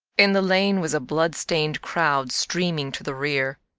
in the lane was a blood-stained crowd streaming to the rear.